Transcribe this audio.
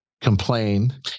complain